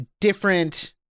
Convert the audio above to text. different